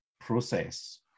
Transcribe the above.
process